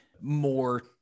more